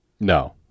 no